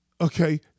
Okay